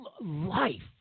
Life